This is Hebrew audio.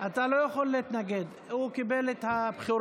אתה לא יכול להתנגד, הוא קיבל את הבכורה.